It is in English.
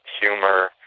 humor